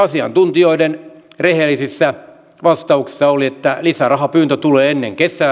asiantuntijoiden rehellisissä vastauksissa oli että lisärahapyyntö tulee ennen kesää